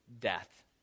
death